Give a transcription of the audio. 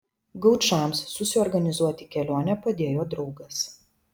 gaučams susiorganizuoti kelionę padėjo draugas